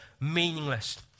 meaningless